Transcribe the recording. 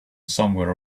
somewhere